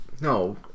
No